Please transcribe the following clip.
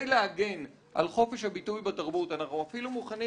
להגן על חופש הביטוי בתרבות אנחנו אפילו מוכנים